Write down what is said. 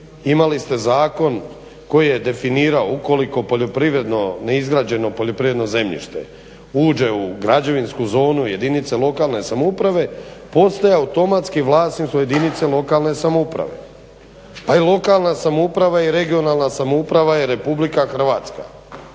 imali ste zakon koji je definirao ukoliko poljoprivredno, neizgrađeno poljoprivredno zemljište uđe u građevinsku zonu jedinica lokalne samouprave postoje automatski vlasništvo jedinica lokalne samouprave. Pa je lokalna samouprava i regionalna samouprava je Republika Hrvatska.